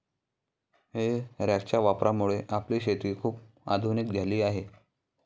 हे रॅकच्या वापरामुळे आपली शेती खूप आधुनिक झाली आहे